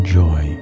joy